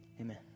amen